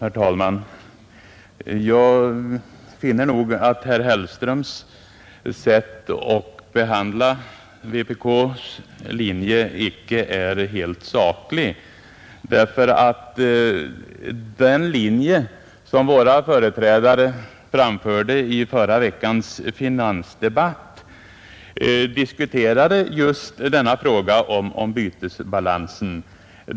Herr talman! Jag finner nog herr Hellströms sätt att behandla vpk:s linje vara icke helt sakligt. Den linje våra företrädare framförde i förra veckans finansdebatt, diskuterade just frågan om bytesbalansen.